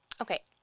okay